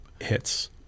hits